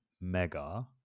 mega